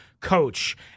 coach